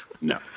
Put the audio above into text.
No